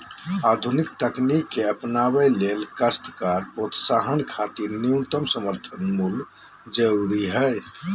आधुनिक तकनीक के अपनावे ले काश्तकार प्रोत्साहन खातिर न्यूनतम समर्थन मूल्य जरूरी हई